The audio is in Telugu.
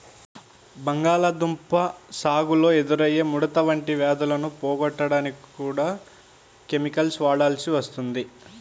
బంగాళాదుంప సాగులో ఎదురయ్యే ముడత వంటి వ్యాధులను పోగొట్టడానికి కూడా కెమికల్స్ వాడాల్సి వస్తుంది